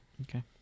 Okay